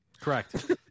correct